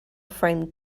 framed